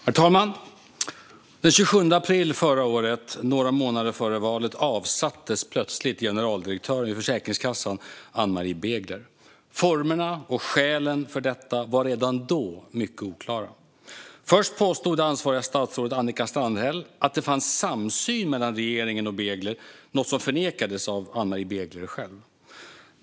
Herr talman! Den 27 april förra året, några månader före valet, avsattes plötsligt generaldirektören vid Försäkringskassan, Ann-Marie Begler. Formerna och skälen för detta var redan då mycket oklara. Först påstod det ansvariga statsrådet, Annika Strandhäll, att det fanns samsyn mellan regeringen och Begler, något som förnekades av Ann-Marie Begler själv.